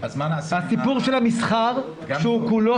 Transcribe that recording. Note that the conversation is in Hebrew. הסיפור של המסחר שהוא כולו